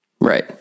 Right